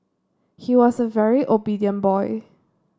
he was a very obedient boy